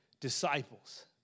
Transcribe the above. disciples